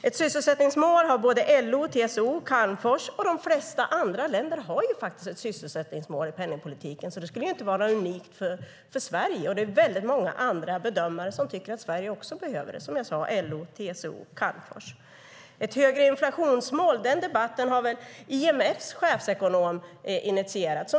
Ett sysselsättningsmål har både LO, TCO och Calmfors, och de flesta andra länder har ett sysselsättningsmål i penningpolitiken. Det skulle alltså inte vara unikt för Sverige. Det är många andra bedömare som också tycker att Sverige behöver det. Jag nämnde LO, TCO och Calmfors. Ett högre inflationsmål är något som IMF:s chefsekonom har initierat en debatt om.